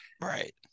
Right